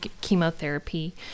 chemotherapy